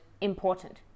important